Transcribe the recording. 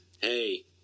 hey